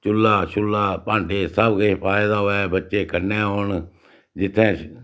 चुल्ला शुल्ला भांडे सब किश पाए दा होऐ बच्चे कन्नै होन जित्थें